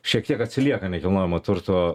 šiek tiek atsilieka nekilnojamo turto